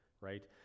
right